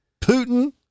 Putin